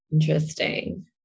Interesting